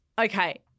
Okay